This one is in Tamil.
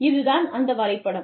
இதுதான் அந்த வரைபடம்